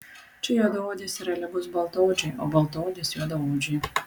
čia juodaodis yra lygus baltaodžiui o baltaodis juodaodžiui